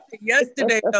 Yesterday